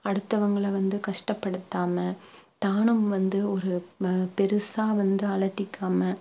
அடுத்தவங்களை வந்து கஷ்டப்படுத்தாமல் தானும் வந்து ஒரு பெருசாக வந்து அலட்டிக்காமல்